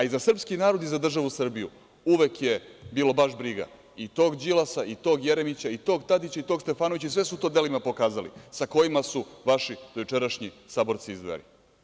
I za srpski narod i za državu Srbiju uvek je bilo baš briga i tog Đilasa i tog Jeremića i tog Tadića i tog Stefanovića i sve su to delima pokazali, sa kojima su vaši dojučerašnji saborci iz Dveri.